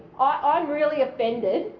i'm really offended,